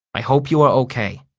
i hope you are okay.